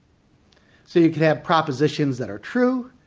so you could have propositions that are true,